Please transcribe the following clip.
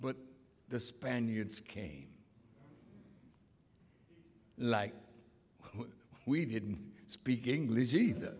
but the spaniards came like we didn't speak english either